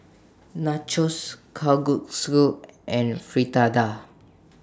Nachos Kalguksu and Fritada